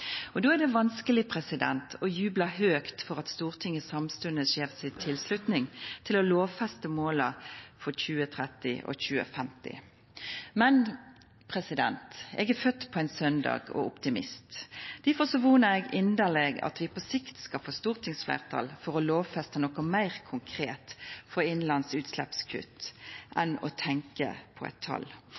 2030. Då er det vanskeleg å jubla høgt for at Stortinget samstundes gjev si tilslutning til å lovfesta måla for 2030 og 2050. Men eg er fødd på ein søndag og er optimist. Difor vonar eg inderleg at vi på sikt skal få stortingsfleirtal for å lovfesta noko meir konkret for innanlands utsleppskutt enn å tenkja på eit tal.